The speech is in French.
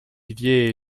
ollier